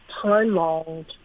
prolonged